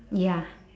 ya